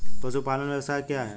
पशुपालन व्यवसाय क्या है?